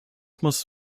muss